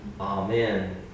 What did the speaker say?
Amen